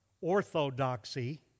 orthodoxy